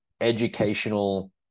educational